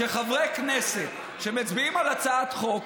שכשחברי כנסת מצביעים על הצעת חוק,